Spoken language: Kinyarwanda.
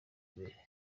imbere